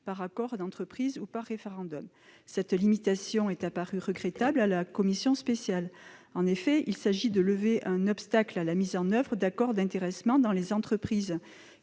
par un accord d'entreprise ou un référendum. Cette limitation est apparue regrettable à la commission spéciale. En effet, s'il s'agit de lever un obstacle à la mise en oeuvre d'accords d'intéressement dans les entreprises